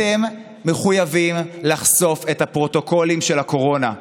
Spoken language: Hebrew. אתם מחויבים לחשוף את הפרוטוקולים של הקורונה,